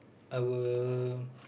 I will